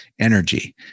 energy